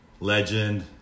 Legend